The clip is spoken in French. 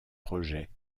projets